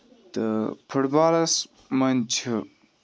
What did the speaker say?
تہٕ فُٹ بالَس منٛز چھِ